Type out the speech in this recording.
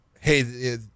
hey